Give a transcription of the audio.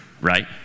right